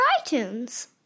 iTunes